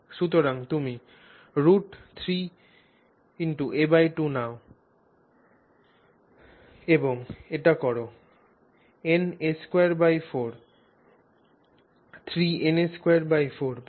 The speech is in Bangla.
সুতরাং তুমি √3a2 নাও এবং এটি কর na24 3 na24 পাবে